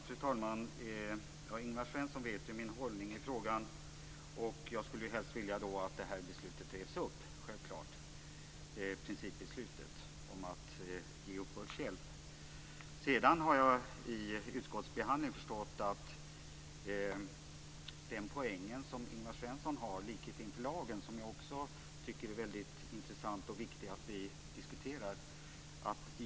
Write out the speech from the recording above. Fru talman! Ingvar Svensson känner ju till min inställning i frågan, och jag skulle självklart helst vilja att principbeslutet om att ge uppbördshjälp revs upp. Jag har i utskottsbehandlingen förstått att Ingvar Svenssons poäng är likhet inför lagen, något som också jag tycker är intressant och viktigt att diskutera.